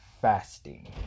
fasting